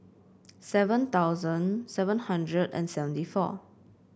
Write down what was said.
seven thousand seven hundred and seventy four